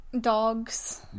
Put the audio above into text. dogs